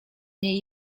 niej